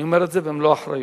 אני אומר את זה במלוא האחריות.